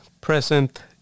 present